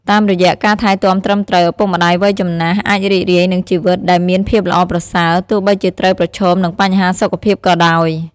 តាមរយៈការថែទាំត្រឹមត្រូវ ឪពុកម្ដាយវ័យចំណាស់អាចរីករាយនឹងជីវិតដែលមានភាពល្អប្រសើរ ទោះបីជាត្រូវប្រឈមនឹងបញ្ហាសុខភាពក៏ដោយ។